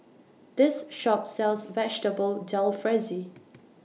This Shop sells Vegetable Jalfrezi